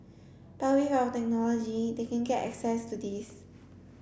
but with our technology they can get access to this